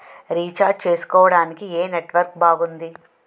Recharge చేసుకోవటానికి ఏం network బాగుంది?